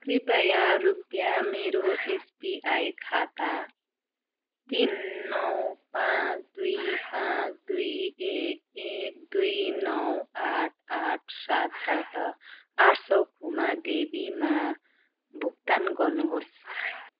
कृपया रुपयाँ मेरो एसबिआई खाता तिन नौ पाँच दुई पाँच दुई एक एक दुई नौ आठ आठ सात बाट आठ सय खुमा देवीमा भुक्तान गर्नुहोस्